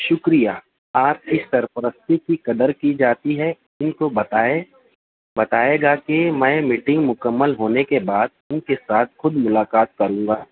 شکریہ آپ کی سرپرستی کی قدر کی جاتی ہے ان کو بتائیں بتایا جائے کہ میں میٹنگ مکمل ہونے کے بعد ان کے ساتھ خود ملاقات کروں گا